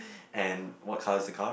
and what colour is the car